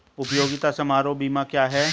उपयोगिता समारोह बीमा क्या है?